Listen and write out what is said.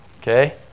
Okay